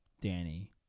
Danny